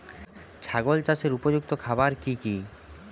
ছাগল চাষের উপযুক্ত খাবার কি কি?